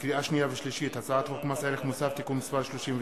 לקריאה שנייה ולקריאה שלישית: הצעת חוק מס ערך מוסף (תיקון מס' 39),